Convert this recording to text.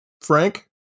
Frank